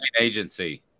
agency